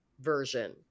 version